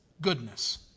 Goodness